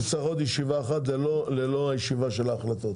נצטרך עוד ישיבה אחת ללא הישיבה של ההחלטות.